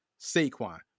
Saquon